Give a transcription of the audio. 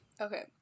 Okay